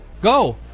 Go